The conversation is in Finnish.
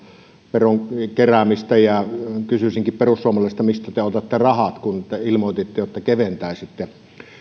veronkeräämistä ja kysyisinkin perussuomalaisilta mistä te otatte rahat kun te ilmoititte että keventäisitte